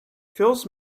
fills